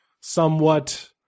somewhat